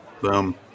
Boom